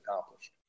accomplished